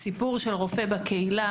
הסיפור של רופא בקהילה,